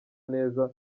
neza